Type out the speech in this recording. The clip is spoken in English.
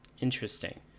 Interesting